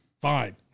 fine